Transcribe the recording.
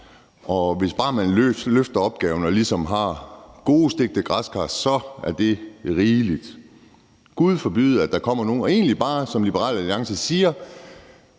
og hvis bare man løfter opgaven og ligesom har gode stegte græskar, er det rigeligt. Gud forbyde, at der kommer nogen og egentlig siger ligesom Liberal Alliance: Vi